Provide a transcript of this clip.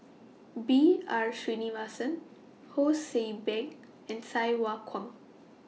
B R Sreenivasan Ho See Beng and Sai Hua Kuan